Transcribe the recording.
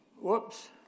Whoops